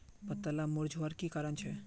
पत्ताला मुरझ्वार की कारण छे?